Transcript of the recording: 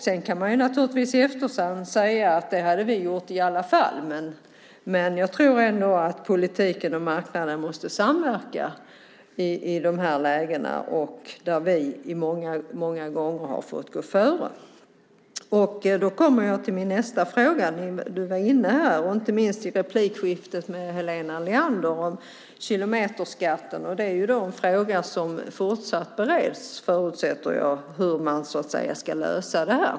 Sedan kan man naturligtvis säga i efterhand att det hade vi gjort i alla fall. Men jag tror ändå att politiken och marknaden måste samverka i de här lägena. Där har vi många gånger fått gå före. Då kommer jag till min nästa fråga. I replikskiftet med Helena Leander var du inne på kilometerskatten. Jag förutsätter att man fortsätter att bereda hur man ska lösa detta.